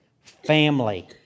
family